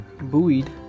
buoyed